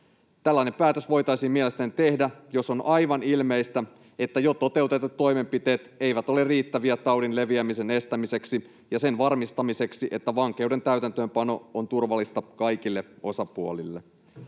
Tällainen päätös voitaisiin mielestäni tehdä, jos on aivan ilmeistä, että jo toteutetut toimenpiteet eivät ole riittäviä taudin leviämisen estämiseksi ja sen varmistamiseksi, että vankeuden täytäntöönpano on turvallista kaikille osapuolille.